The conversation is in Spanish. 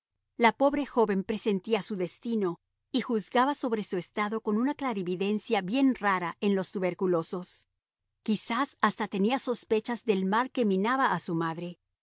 la pobre joven presentía su destino y juzgaba sobre su estado con una clarividencia bien rara en los tuberculosos quizás hasta tenía sospechas del mal que minaba a su madre